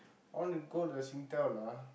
I wanna go the Singtel lah